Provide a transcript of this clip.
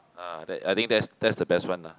ah that I think that's that's the best one ah